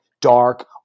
dark